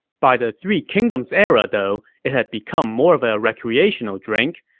by the three kingdoms era, though, it had become more of a recreational drink.